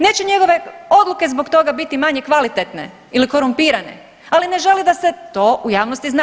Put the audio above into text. Neće njegove odluke zbog toga biti manje kvalitetne ili korumpirane, ali ne želi da se to u javnosti zna.